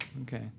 Okay